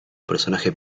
personaje